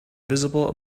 visible